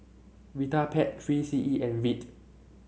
Vitapet Three C E and Veet